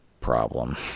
problem